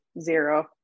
zero